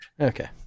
Okay